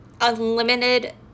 unlimited